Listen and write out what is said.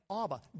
Abba